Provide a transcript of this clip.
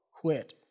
quit